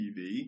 TV